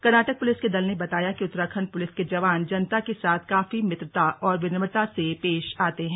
Karnataka police के दल ने बताया कि उत्तराखण्ड पुलिस के जवान जनता के साथ काफी मित्रता और विनम्रता से पेश आते हैं